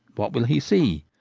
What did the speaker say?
what will he see?